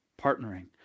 partnering